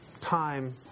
time